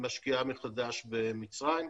משקיעה מחדש במצרים,